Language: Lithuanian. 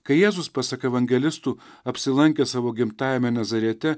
kai jėzus pasak evangelistų apsilankė savo gimtajame nazarete